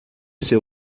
seu